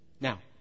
Now